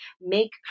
make